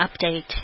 update